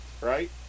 Right